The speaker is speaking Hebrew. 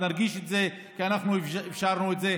נרגיש את זה, כי אנחנו אפשרנו את זה.